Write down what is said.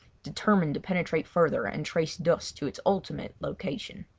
determined to penetrate further and trace dust to its ultimate location.